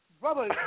Brother